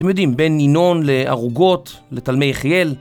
אתם יודעים, בין ינון לערוגות, לתלמי יחיאל.